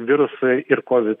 virusai ir covid